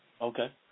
Okay